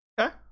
Okay